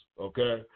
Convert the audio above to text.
okay